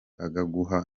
akaguha